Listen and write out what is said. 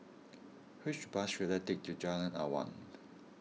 which bus should I take to Jalan Awang